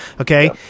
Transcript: Okay